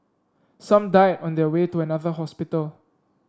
some died on their way to another hospital